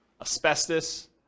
asbestos